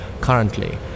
currently